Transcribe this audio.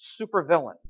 supervillain